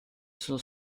sono